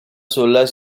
solar